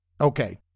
Okay